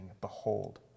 Behold